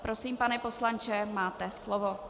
Prosím, pane poslanče, máte slovo.